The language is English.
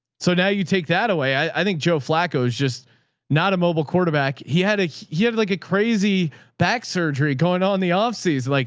so now you take that away. i think joe flacco is just not a mobile quarterback he had a, he had like a crazy back surgery going on in the off season. like,